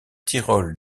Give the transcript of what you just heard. tyrol